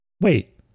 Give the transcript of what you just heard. wait